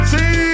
See